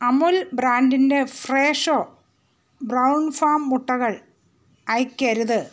അമുൽ ബ്രാൻഡിന്റെ ഫ്രേഷോ brown farm മുട്ടകൾ അയയ്ക്കരുത്